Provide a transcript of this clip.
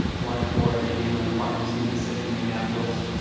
one for and indian own pharmacy in the city of minneapolis.